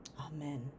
amen